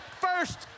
First